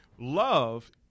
Love